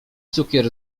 cukier